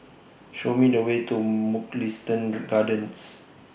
Show Me The Way to Mugliston Gardens